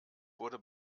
wurde